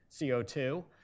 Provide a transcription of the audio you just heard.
CO2